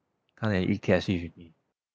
come and eat K_F_C with me